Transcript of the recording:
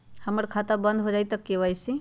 हमर खाता बंद होजाई न हुई त के.वाई.सी?